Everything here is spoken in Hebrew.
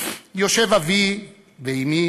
יושבים אבי ואמי